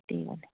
त्यही भएर